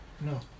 No